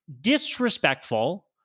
disrespectful